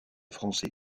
français